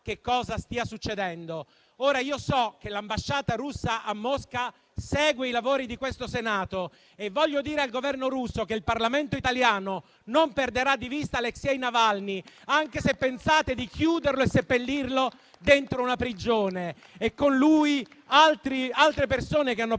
sa cosa stia succedendo. So che l'ambasciata russa segue i lavori del Senato e voglio dire al Governo russo che il Parlamento italiano non perderà di vista Aleksei Navalny, anche se pensate di chiuderlo e seppellirlo dentro una prigione, e con lui altre persone che hanno perso